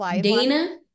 Dana